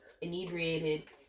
inebriated